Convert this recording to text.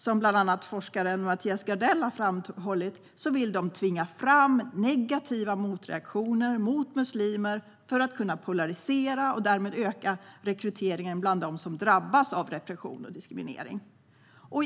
Som bland andra forskaren Mattias Gardell har framhållit vill de tvinga fram negativa motreaktioner mot muslimer för att kunna polarisera och därmed öka rekryteringen bland dem som drabbas av repression och diskriminering.